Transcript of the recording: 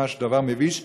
ממש דבר מביש.